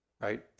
right